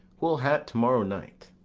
we'll ha't to-morrow night.